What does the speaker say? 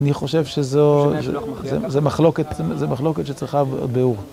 אני חושב שזו מחלוקת שצריכה ביאור.